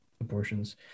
abortions